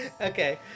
Okay